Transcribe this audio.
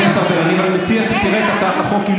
חבר הכנסת ארבל, אני מציע שתראה את הצעת החוק.